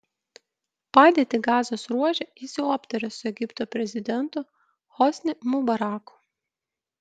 padėtį gazos ruože jis jau aptarė su egipto prezidentu hosni mubaraku